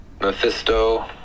mephisto